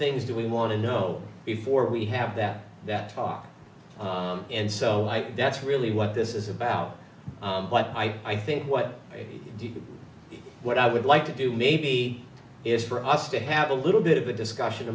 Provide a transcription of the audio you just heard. things do we want to know before we have that that talk and so that's really what this is about but i think what the what i would like to do maybe it is for us to have a little bit of a discussion